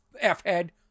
F-head